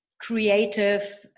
creative